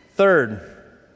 Third